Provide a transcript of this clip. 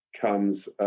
comes